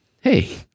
Hey